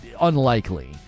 unlikely